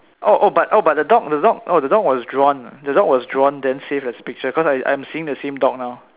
oh oh but oh but the dog the dog oh the dog was drawn the dog was drawn then save as picture because I am seeing the same dog now